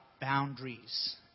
boundaries